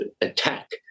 attack